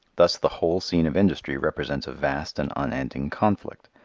thus the whole scene of industry represents a vast and unending conflict,